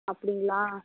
அப்படிங்களா